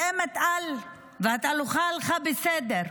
והתהלוכה הלכה בסדר,